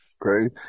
Great